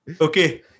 Okay